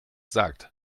sagt